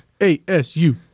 ASU